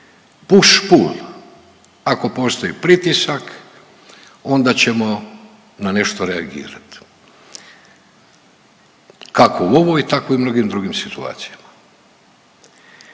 puš-pul ako postoji pritisak onda ćemo na nešto reagirat, kako u ovoj tako i u mnogim drugim situacijama,